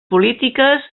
polítiques